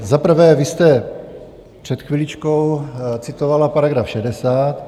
Za prvé, vy jste před chviličkou citovala § 60.